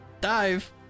dive